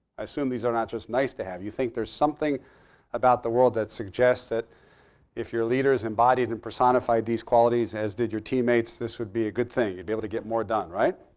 i assume these are not just nice to have. you think there's something about the world that suggests that if your leaders embodied and personified these qualities as did your teammates this would be a good thing. you'd be able to get more done. right?